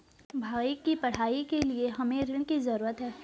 भाई की पढ़ाई के लिए हमे ऋण की जरूरत है